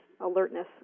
alertness